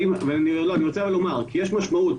אני רוצה לומר, כי יש משמעות.